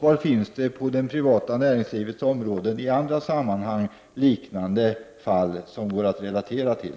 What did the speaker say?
Var finns det på det privata näringslivets område i andra sammanhang liknande fall som det går att relatera till?